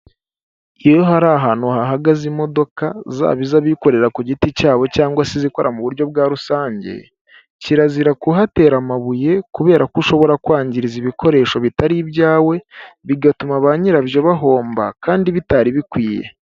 Iyo hari ahantu hahagaze imodoka zaba iz'abikorera ku giti cyabo cyangwa se izikora mu buryo bwa rusange, kirazira kuhatera amabuye kubera ko ushobora kwangizariza ibikoresho bitari ibyawe, bigatuma ba nyirabyo bahomba kandi bitari bikwiye.